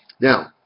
Now